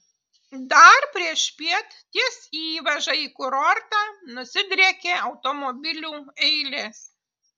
dar priešpiet ties įvaža į kurortą nusidriekė automobilių eilės